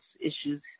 issues